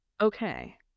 Okay